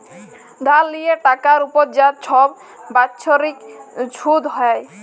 ধার লিয়ে টাকার উপর যা ছব বাচ্ছরিক ছুধ হ্যয়